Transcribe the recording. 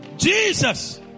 Jesus